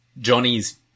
Johnny's